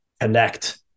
connect